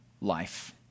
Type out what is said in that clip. life